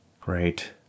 Great